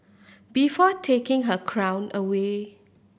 before taking her crown away